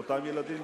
לאותם ילדים